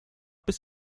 bis